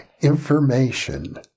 information